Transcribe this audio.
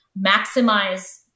maximize